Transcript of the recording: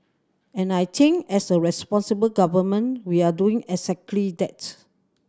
and I think as a responsible government we're doing exactly that